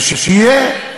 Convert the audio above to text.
שיהיה.